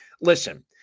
Listen